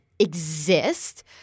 exist